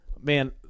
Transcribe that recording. Man